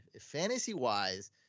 Fantasy-wise